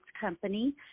company